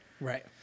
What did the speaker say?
Right